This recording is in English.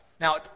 Now